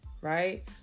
right